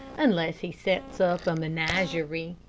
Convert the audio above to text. unless he sets up a menagerie.